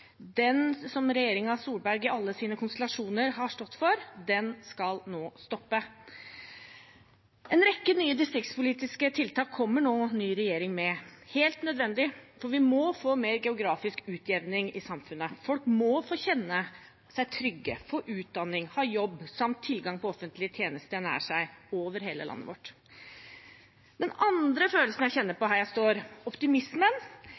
som regjeringen Solberg i alle sine konstellasjoner har stått for, skal nå stoppe. En rekke nye distriktspolitiske tiltak kommer nå ny regjering med – helt nødvendig, for vi må få mer geografisk utjevning i samfunnet. Folk må få kjenne seg trygge, få utdanning, ha jobb samt tilgang på offentlige tjenester nær seg over hele landet vårt. Den andre følelsen jeg kjenner på